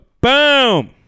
Boom